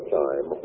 time